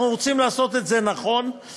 אנחנו רוצים לעשות את זה נכון,